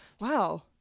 wow